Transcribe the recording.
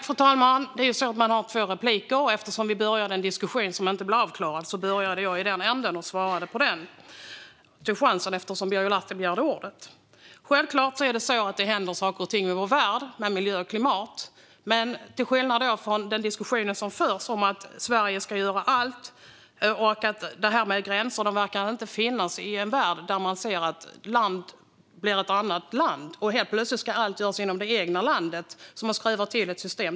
Fru talman! Det är ju så att man har två repliker, och eftersom vi påbörjade en diskussion som inte blev avklarad började jag i den änden och svarade på den. Jag tog chansen eftersom Birger Lahti begärde ordet. Självklart händer det saker och ting i vår värld med miljö och klimat. Men det förs en diskussion om att Sverige ska göra allt i en värld där gränserna inte verkar finnas, där land blir ett annat land och man helt plötsligt ska göra allt inom det egna landet och därför skruvar ihop ett system.